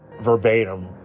verbatim